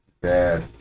Bad